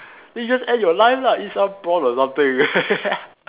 then you just add your life lah eat some prawn or something